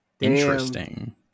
Interesting